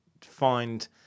find